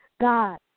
God